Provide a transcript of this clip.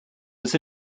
was